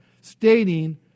stating